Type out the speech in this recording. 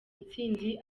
intsinzi